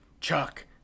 Chuck